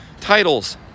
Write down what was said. titles